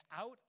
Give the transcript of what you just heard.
out